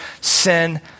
sin